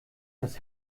was